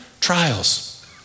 trials